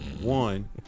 one